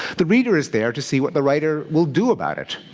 the reader is there to see what the writer will do about it.